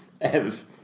Ev